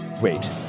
Wait